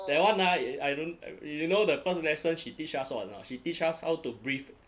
that one ah I don't you know the first lesson she teach us what or not she teach us out to breathe